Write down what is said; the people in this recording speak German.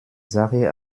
sache